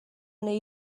neu